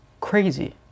crazy